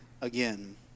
again